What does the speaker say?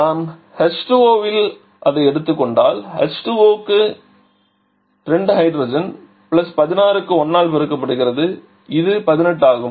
நாம் H2O ஐ எடுத்துக் கொண்டால் H2O க்கு இது 2 க்கு ஹைட்ரஜன் 16 க்கு 1 ஆல் பெருக்கப்படுகிறது எனவே இது 18 ஆகும்